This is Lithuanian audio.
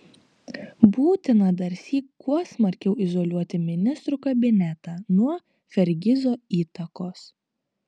būtina darsyk kuo smarkiau izoliuoti ministrų kabinetą nuo fergizo įtakos